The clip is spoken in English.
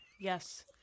Yes